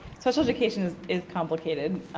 special education is is complicated,